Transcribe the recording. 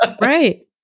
right